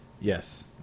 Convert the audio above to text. yes